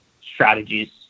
strategies